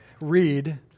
read